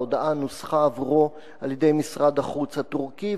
ההודעה נוסחה עבורו על-ידי משרד החוץ הטורקי,